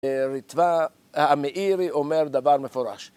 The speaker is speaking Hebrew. ריטב"א המאירי אומר דבר מפורש